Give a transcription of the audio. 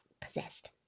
possessed